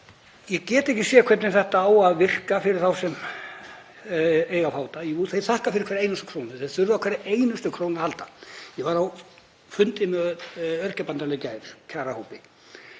Ég get ekki séð hvernig þetta á að virka fyrir þá sem eiga að fá þetta. Jú, þeir þakka fyrir hverja einustu krónu, þeir þurfa á hverri einustu krónu að halda. Ég var á fundi með Öryrkjabandalaginu í gær, kjarahópi.